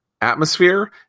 atmosphere